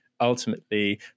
ultimately